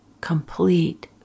complete